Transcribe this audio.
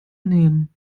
nehmen